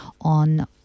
on